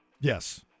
Yes